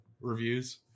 reviews